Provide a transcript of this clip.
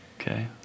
okay